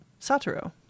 satoru